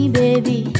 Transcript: baby